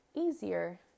easier